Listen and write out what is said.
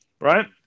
right